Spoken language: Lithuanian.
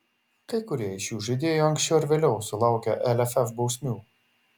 kai kurie iš šių žaidėjų anksčiau ar vėliau sulaukė lff bausmių